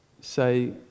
say